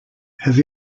have